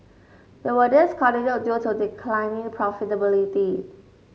they were discontinued due to declining profitability